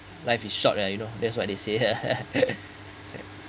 life is short uh you know that's what they say ya